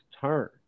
turn